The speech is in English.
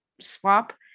swap